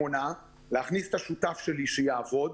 להכניס את השותף שלי שיעבוד,